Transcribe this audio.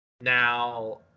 now